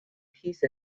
peace